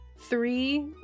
Three